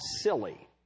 silly